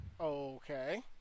Okay